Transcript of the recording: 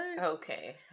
Okay